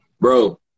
bro